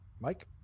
Mike